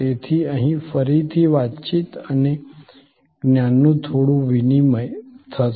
તેથી અહીં ફરીથી વાતચીત અને જ્ઞાનનું થોડું વિનિમય થશે